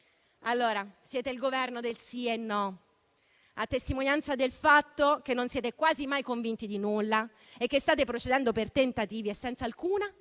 accise? Siete il Governo del sì e no, a testimonianza del fatto che non siete quasi mai convinti di nulla e che state procedendo per tentativi e senza alcuna